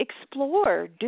explore